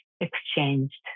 exchanged